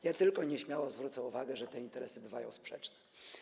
Ja tylko nieśmiało zwrócę uwagę, że te interesy bywają sprzeczne.